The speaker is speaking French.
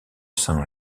saint